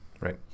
Right